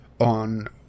on